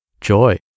Joy